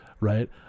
right